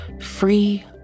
free